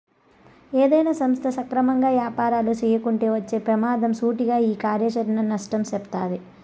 ఏదైనా సంస్థ సక్రమంగా యాపారాలు చేయకుంటే వచ్చే పెమాదం సూటిగా ఈ కార్యాచరణ నష్టం సెప్తాది